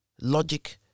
logic